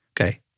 okay